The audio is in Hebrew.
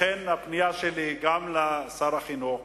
לכן הפנייה שלי היא גם לשר החינוך,